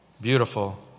beautiful